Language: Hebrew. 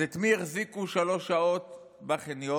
אז את מי החזיקו שלוש שעות בחניון?